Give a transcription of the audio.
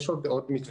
יש עוד מתווה,